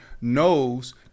knows